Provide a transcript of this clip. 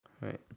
Right